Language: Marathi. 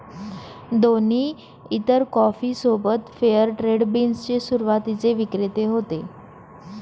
दोन्ही इतर कॉफी सोबत फेअर ट्रेड बीन्स चे सुरुवातीचे विक्रेते होते